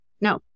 No